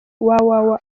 www